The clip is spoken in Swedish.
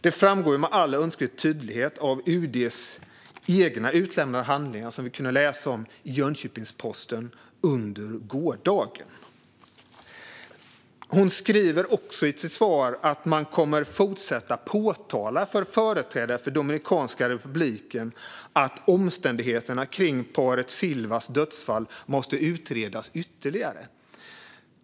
Detta framgår med all önskvärd tydlighet av UD:s egna utlämnade handlingar, som vi kunde läsa om i Jönköpings-Posten under gårdagen. Utrikesministern sa också i sitt svar att man kommer att fortsätta att påtala för företrädare för Dominikanska republiken att omständigheterna kring paret Silvas dödsfall måste utredas ytterligare.